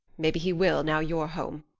maybe he will now you're home.